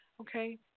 Okay